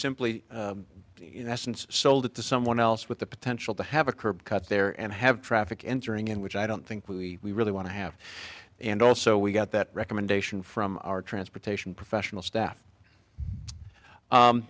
simply in essence sold it to someone else with the potential to have a curb cut there and have traffic entering in which i don't think we really want to have and also we got that recommendation from our transportation professional staff